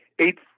eight